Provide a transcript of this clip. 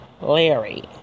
Larry